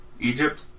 Egypt